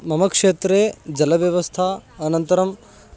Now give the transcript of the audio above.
मम क्षेत्रे जलव्यवस्था अनन्तरं